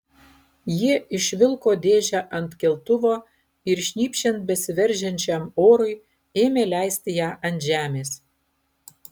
jie išvilko dėžę ant keltuvo ir šnypščiant besiveržiančiam orui ėmė leisti ją ant žemės